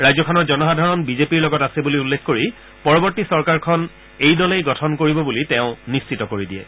ৰাজ্যখনৰ জনসাধাৰণ বিজেপিৰ লগত আছে বুলি উল্লেখ কৰি পৰৱৰ্তী চৰকাৰখন এই দলেই গঠন কৰিব বুলি তেওঁ নিশ্চিত কৰি দিয়ে